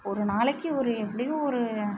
ஒரு நாளைக்கு ஒரு எப்படியும் ஒரு